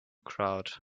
crowd